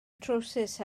trowsus